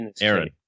Aaron